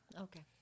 Okay